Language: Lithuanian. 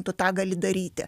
tu tą gali daryti